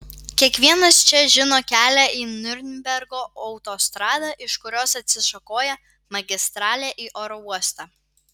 kiekvienas čia žino kelią į niurnbergo autostradą iš kurios atsišakoja magistralė į oro uostą